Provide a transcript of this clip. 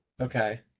Okay